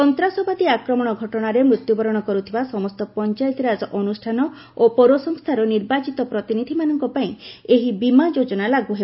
ସନ୍ତାସବାଦୀ ଆକ୍ରମଣ ଘଟଣାରେ ମୃତ୍ୟୁବରଣ କରୁଥିବା ସମସ୍ତ ପଞ୍ଚାୟତିରାଜ ଅନୁଷ୍ଠାନ ଓ ପୌରସଂସ୍ଥାର ନିର୍ବାଚିତ ପ୍ରତିନିଧିମାନଙ୍କ ପାଇଁ ଏହି ବୀମା ଯୋଜନା ଲାଗୁ ହେବ